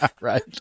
Right